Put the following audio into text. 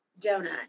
donut